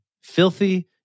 Filthy